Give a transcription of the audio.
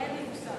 אין לי מושג.